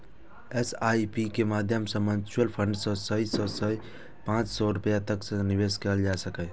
SIP के माध्यम सं म्यूचुअल फंड मे सय सं पांच सय रुपैया तक सं निवेश कैल जा सकैए